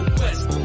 west